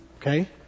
Okay